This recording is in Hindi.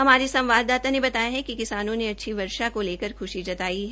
हमारे संवाददाता ने बताया है कि किसानों ने अच्छी वर्षा को लेकर ख्शी जताई है